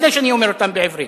לפני שאני אומר אותם בעברית.